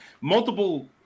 multiple